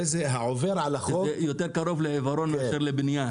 זה יותר קרוב ללבנון מאשר לבניין.